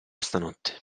stanotte